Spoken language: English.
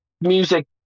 music